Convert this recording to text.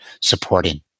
supporting